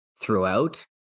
throughout